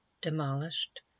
demolished